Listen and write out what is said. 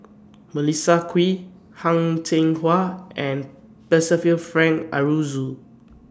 Melissa Kwee Heng Cheng Hwa and Percival Frank Aroozoo